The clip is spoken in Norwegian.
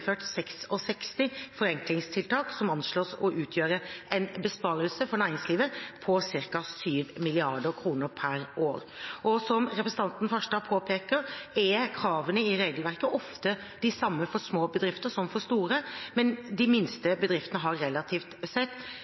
forenklingstiltak, som anslås å utgjøre en besparelse for næringslivet på ca. 7 mrd. kr per år. Som representanten Farstad påpeker, er kravene i regelverket ofte de samme for små bedrifter som for store, men de minste bedriftene har relativt sett